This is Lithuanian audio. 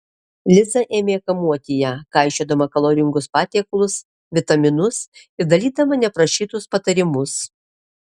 liza ėmė kamuoti ją kaišiodama kaloringus patiekalus vitaminus ir dalydama neprašytus patarimus